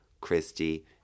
Christy